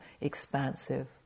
expansive